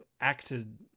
acted